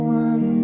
one